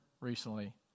recently